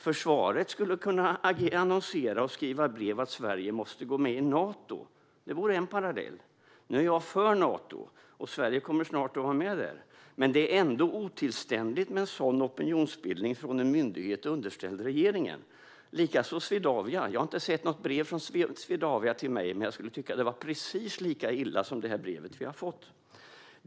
Försvaret skulle kunna annonsera och skriva brev om att Sverige måste gå med i Nato. Det vore en parallell. Nu är jag för Nato, och Sverige kommer snart att vara med där, men det vore ändå otillständigt med en sådan opinionsbildning från en myndighet underställd regeringen. Likadant är det med Swedavia. Jag har inte sett något brev från Swedavia till mig, men jag skulle tycka att det var precis lika illa som det här brevet som vi har fått.